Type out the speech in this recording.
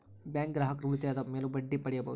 bank ಗ್ರಾಹಕರು ಉಳಿತಾಯದ ಮೇಲೂ ಬಡ್ಡಿ ಪಡೀಬಹುದು